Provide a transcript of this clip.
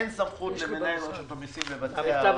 אין סמכות למנהל רשות המיסים לבצע הארכה.